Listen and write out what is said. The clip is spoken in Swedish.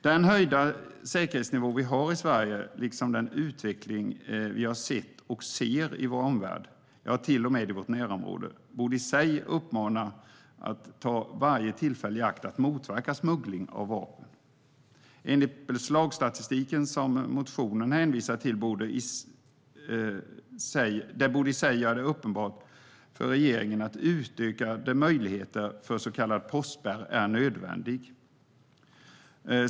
Den höjda säkerhetsnivå vi har i Sverige, liksom den utveckling vi har sett och ser i vår omvärld - ja, till och med i vårt närområde - borde i sig uppmana oss att ta varje tillfälle i akt att motverka smuggling av vapen. Enbart beslagsstatistiken, som motionen hänvisar till, borde i sig göra det uppenbart för regeringen att utökade möjligheter till så kallad postspärr är nödvändigt.